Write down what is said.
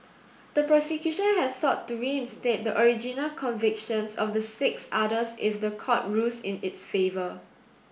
the prosecution had sought to reinstate the original convictions of the six others if the court rules in its favour